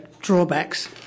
drawbacks